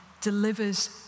delivers